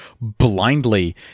blindly